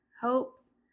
hopes